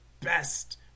best